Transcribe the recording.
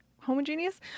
homogeneous